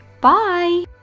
Bye